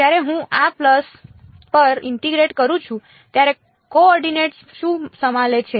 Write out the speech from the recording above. જ્યારે હું આ પલ્સ પર ઇન્ટીગ્રેટ કરું છું ત્યારે કો એફિશિયન્ટ શું સામેલ છે